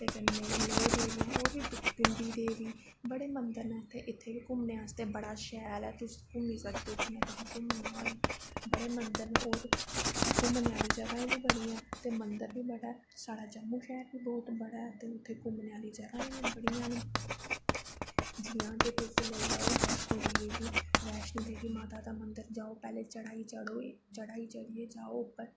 ते कन्नै नौ देवियां होर बी पिंडी देवी बड़े मन्दर न इत्थें बी घूमने आस्तै बड़ा शैल ऐ तुस घूमी सकदे ओ जिन्ना तुसें घूमना होऐ बड़े मन्दर न होर घूमने आह्ली जगह् बी बड़ियां न ते मन्दर बी बड़ा ऐ साढ़ा जम्मू शैह्र बी लोग ते उत्थें घूमने आह्ली जगह् बड़ियां न जियां कि तुस लेई लैओ बैष्णो देवी गी बैष्णो देवी माता दा मन्दर जाओ पैह्लें चढ़ाई चड़ो चढ़ाई चढ़ियै जाओ उप्पर